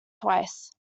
twice